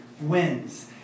wins